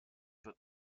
but